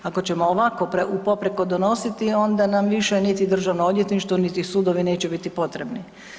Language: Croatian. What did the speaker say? Ako ćemo ovako poprijeko donositi onda nam više niti državno odvjetništvo, niti sudovi neće biti potrebni.